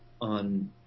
on